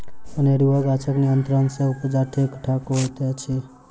अनेरूआ गाछक नियंत्रण सँ उपजा ठीक ठाक होइत अछि